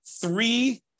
three